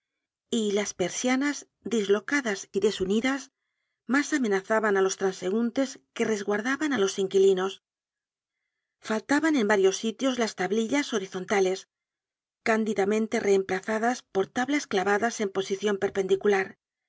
y las persianas dislocadas y desunidas mas amenazaban á los transeuntes que resguardaban á los inquilinos faltaban en varios sitios las tablillas horizontales candidamente reemplazadas por tablas clavadas en posicion perpendicular